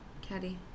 Caddy